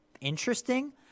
interesting